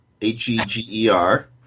h-e-g-e-r